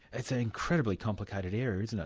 it's an incredibly complicated area, isn't it?